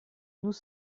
nous